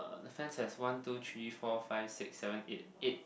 the fence has one two three four five six seven eight eight